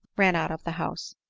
ran out of the house.